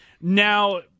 Now